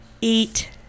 eat